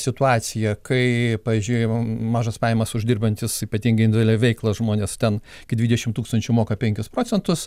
situacija kai pavyzdžiui mažas pajamas uždirbantys ypatingai individualią veiklą žmonės ten iki dvidešimt tūkstančių moka penkis procentus